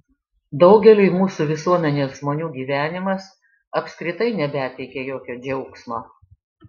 daugeliui mūsų visuomenės žmonių gyvenimas apskritai nebeteikia jokio džiaugsmo